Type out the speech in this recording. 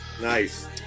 nice